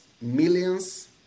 millions